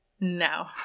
No